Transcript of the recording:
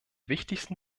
wichtigsten